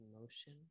motion